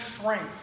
strength